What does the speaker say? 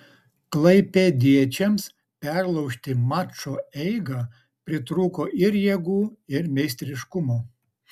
klaipėdiečiams perlaužti mačo eigą pritrūko ir jėgų ir meistriškumo